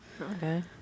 Okay